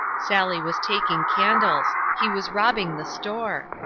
sally was taking candles he was robbing the store.